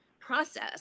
process